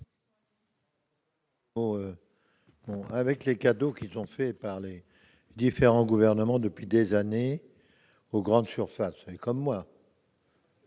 avec les cadeaux qui sont faits par les différents gouvernements depuis des années aux grandes surfaces ; vous